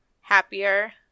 Happier